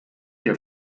der